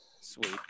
Sweet